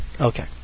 Okay